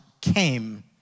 came